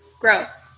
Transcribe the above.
Growth